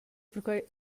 perquei